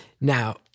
Now